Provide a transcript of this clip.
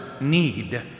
need